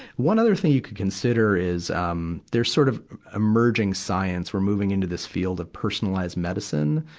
one other thing you could consider is, um, there's sort of emerging science we're moving into this field of personalized medicine.